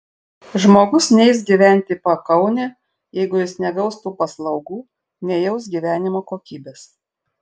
žmogus neis gyventi į pakaunę jeigu jis negaus tų paslaugų nejaus gyvenimo kokybės